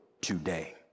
today